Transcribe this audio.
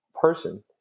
person